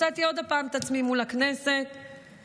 מצאתי עוד פעם את עצמי מול הכנסת בהפגנה,